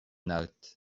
note